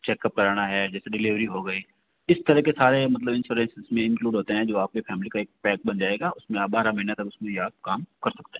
checkup कराना है जैसे डिलीवरी हो गई इस तरह के सारे मतलब इंश्योरेंस में इन्क्लूड होते हैं जो आप के फ़ैमिली का एक पैक बन जाएगा उसमें बारह महीने तक आप उस में ये आप काम कर सकते हैं